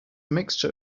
mixture